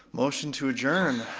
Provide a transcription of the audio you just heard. motion to adjourn,